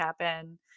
happen